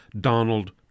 Donald